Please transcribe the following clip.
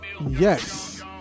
Yes